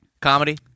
comedy